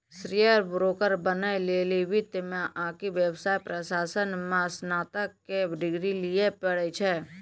share broker बनै लेली वित्त मे आकि व्यवसाय प्रशासन मे स्नातक के डिग्री लिये पड़ै छै